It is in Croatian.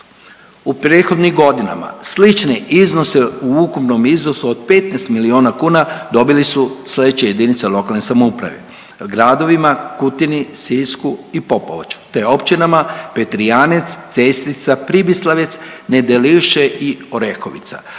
U prethodnim godinama slične iznose u ukupnom iznosu od 15 milijuna kuna dobili su sljedeće jedinice lokalne samouprave u gradovima Kutini, Sisku i Popovači, te općinama Petrijanec, Cestica, Pribislavec, Nedelišće i Orehovica